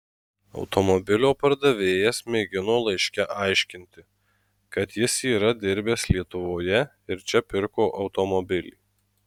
automobilio pardavėjas mėgino laiške aiškinti kad jis yra dirbęs lietuvoje ir čia pirko automobilį